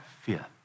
fear